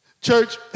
Church